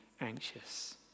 anxious